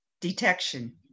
detection